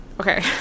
okay